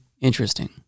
interesting